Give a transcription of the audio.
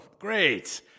great